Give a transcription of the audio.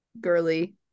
girly